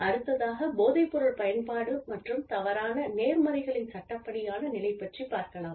அடுத்ததாகப் போதைப்பொருள் பயன்பாடு மற்றும் தவறான நேர்மறைகளின் சட்டப்படியான நிலை பற்றிப் பார்க்கலாம்